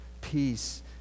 peace